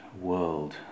world